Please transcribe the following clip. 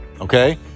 Okay